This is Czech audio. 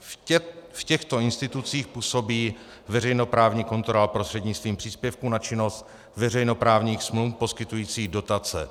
V těchto institucích působí veřejnoprávní kontrola prostřednictvím příspěvků na činnost, veřejnoprávních smluv, poskytnutých dotací.